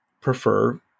prefer